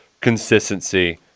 consistency